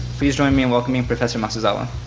please join me in welcoming professor masuzawa.